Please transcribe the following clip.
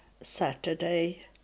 Saturday